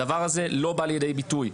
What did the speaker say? הדבר הזה לא בא לידי ביטוי.